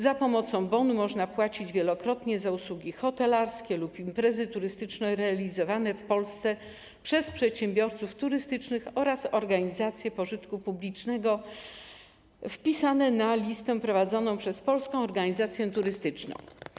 Za pomocą bonu można płacić wielokrotnie za usługi hotelarskie lub imprezy turystyczne realizowane w Polsce przez przedsiębiorców turystycznych oraz organizacje pożytku publicznego wpisane na listę prowadzoną przez Polską Organizację Turystyczną.